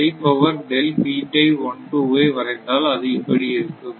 tie power வை வரைந்தால் அது இப்படி இருக்கும்